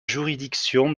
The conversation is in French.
juridiction